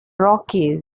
rockies